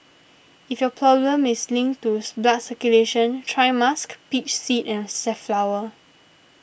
if your problem is linked to blood circulation try musk peach seed and safflower